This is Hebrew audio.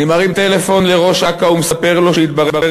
אני מרים טלפון לראש אכ"א ומספר לו שהתברר